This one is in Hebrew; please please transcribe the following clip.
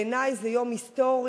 בעיני זה יום היסטורי.